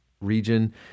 region